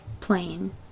plain